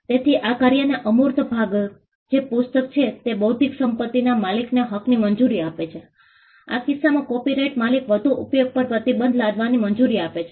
તેથી આ કાર્યનો અમૂર્ત ભાગ જે પુસ્તક છે તે બૌદ્ધિક સંપત્તિના માલિકને હકની મંજૂરી આપે છે આ કિસ્સામાં કોપિરાઇટ માલિક વધુ ઉપયોગ પર પ્રતિબંધ લાદવાની મંજૂરી આપે છે